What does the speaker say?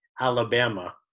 Alabama